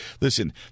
listen